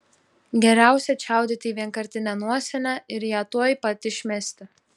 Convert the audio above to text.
geriausia čiaudėti į vienkartinę nosinę ir ją tuoj pat išmesti